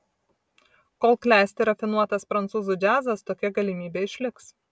kol klesti rafinuotas prancūzų džiazas tokia galimybė išliks